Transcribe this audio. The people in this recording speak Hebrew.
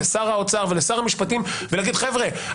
לשר האוצר ולשר המשפטים ולהגיד: חבר'ה,